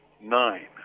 nine